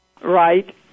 right